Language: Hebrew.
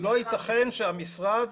לא יתכן שהמשרד